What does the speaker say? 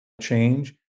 change